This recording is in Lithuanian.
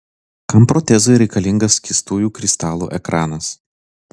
kam protezui reikalingas skystųjų kristalų ekranas